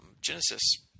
Genesis